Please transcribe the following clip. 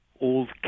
old